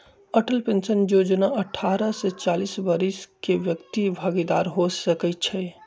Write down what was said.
Atal pension Yojana अठारह से चालीस वरिस के व्यक्ति भागीदार हो सकइ छै